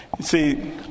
See